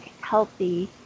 healthy